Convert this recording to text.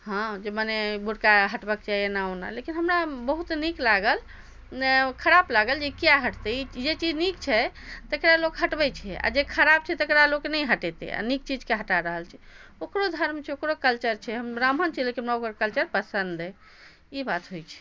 हँ जे मने बुरका हटबऽ के छै एना ओना लेकिन हमरा बहुत नीक लागल ने खराप लागल जे किए हटतै ई जे चीज नीक छै तकरा लोक हटबै छै आ जे खराब छै तकरा लोक नहि हटेतै आ नीक चीज केँ हटा रहल छै ओकरो धर्म छै ओकरो कल्चर छै हम ब्राह्मण छी लेकिन हमरा ओकर कल्चर पसन्द अछि ई बात होइ छै